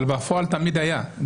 אבל בפועל תמיד היה.